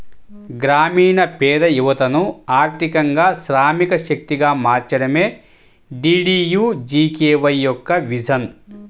గ్రామీణ పేద యువతను ఆర్థికంగా శ్రామిక శక్తిగా మార్చడమే డీడీయూజీకేవై యొక్క విజన్